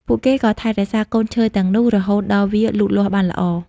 ពួកគេក៏ថែរក្សាកូនឈើទាំងនោះរហូតដល់វាលូតលាស់បានល្អ។